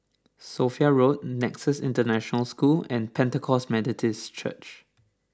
Sophia Road Nexus International School and Pentecost Methodist Church